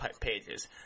pages